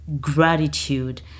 gratitude